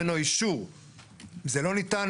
אם זה כלי הרכב שאתה צריך לשכור,